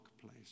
place